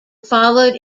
followed